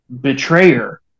betrayer